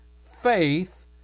faith